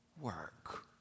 Work